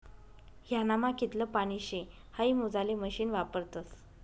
ह्यानामा कितलं पानी शे हाई मोजाले मशीन वापरतस